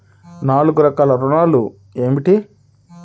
నాలుగు రకాల ఋణాలు ఏమిటీ?